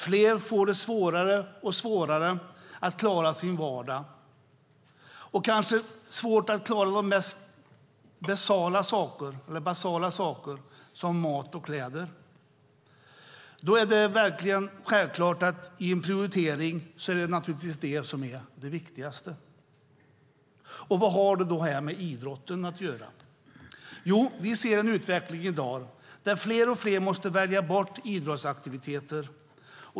Fler får det svårare och svårare att klara sin vardag; de får det kanske svårt att klara de mest basala saker, som mat och kläder. I en prioritering är det naturligtvis detta som är det viktigaste. Vad har då detta med idrotten att göra? Jo, vi ser en utveckling i dag där fler och fler måste välja bort idrottsaktiviteter.